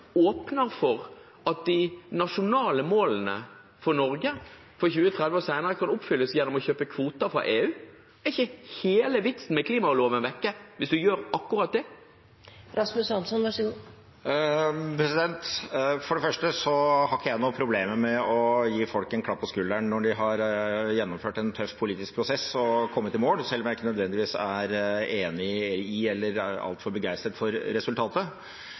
åpner for at de nasjonale målene for Norge for 2030 og senere kan oppfylles gjennom å kjøpe kvoter fra EU. Er ikke hele vitsen med klimaloven vekk hvis man gjør akkurat det? Jeg har ikke noen problemer med å gi folk en klapp på skulderen når de har gjennomført en tøff politisk prosess og kommet i mål, selv om jeg ikke nødvendigvis er enig i eller er altfor begeistret for resultatet.